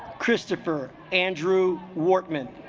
christopher andrew wortman